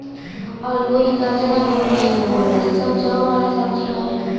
अलुई, गजरा, मूरइ कोन इ सब जड़ वाला सब्जी हवे